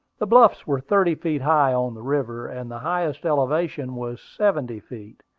the bluffs were thirty feet high on the river, and the highest elevation was seventy feet,